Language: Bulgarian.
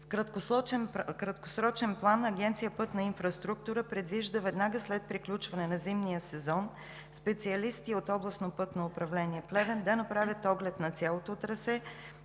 В краткосрочен план Агенция „Пътна инфраструктура“ предвижда веднага след приключване на зимния сезон специалисти от Областно пътно управление – Плевен, да направят оглед на цялото трасе